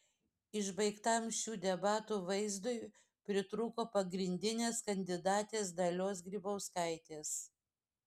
išbaigtam šių debatų vaizdui pritrūko pagrindinės kandidatės dalios grybauskaitės